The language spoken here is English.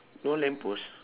no lamp post